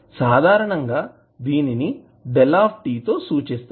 సాధారణంగా దీనిని 𝞭 తో సూచిస్తారు